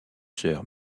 sœur